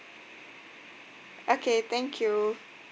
okay thank you